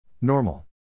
Normal